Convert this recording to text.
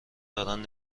دارن